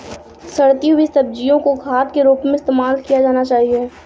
सड़ती हुई सब्जियां को खाद के रूप में इस्तेमाल किया जाना चाहिए